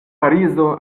parizo